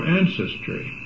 ancestry